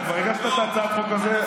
אתה כבר הגשת את הצעת החוק הזאת.